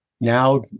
now